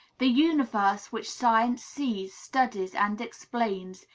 the universe which science sees, studies, and explains,